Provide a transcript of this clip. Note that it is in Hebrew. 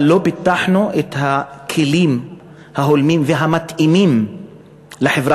אבל לא פיתחנו את הכלים ההולמים והמתאימים לחברה